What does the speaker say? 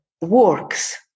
works